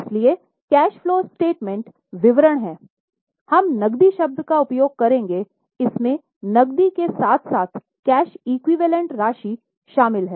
इसलिए cash flow statement विवरण में हम नकदी शब्द का उपयोग करेंगे इसमें नकदी के साथ साथ कैश एक्विवैलेन्ट राशि शामिल हैं